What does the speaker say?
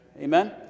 amen